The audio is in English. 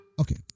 Okay